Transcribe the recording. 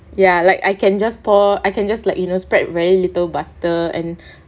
ya like I can just pour I can just like you know spread very little butter and